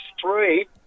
three